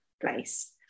place